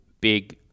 Big